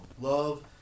love